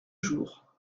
jours